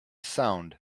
sound